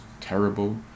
terrible